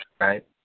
right